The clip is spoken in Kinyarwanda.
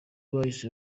bahise